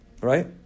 Right